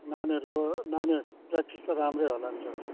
नानीहरूको नानीहरूको प्रयाक्टिस त राम्रै होला नि सर